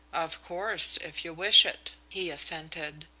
of course, if you wish it, he assented.